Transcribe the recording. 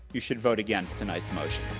you should vote against tonight's motion.